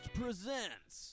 presents